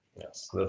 yes